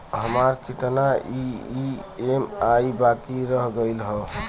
हमार कितना ई ई.एम.आई बाकी रह गइल हौ?